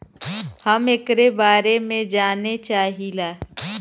हम एकरे बारे मे जाने चाहीला?